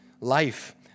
life